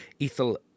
ethel